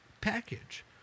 package